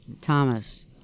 Thomas